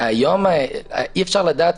היום אי-אפשר לדעת,